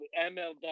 MLW